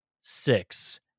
six